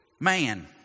man